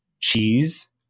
Cheese